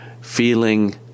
feeling